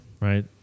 right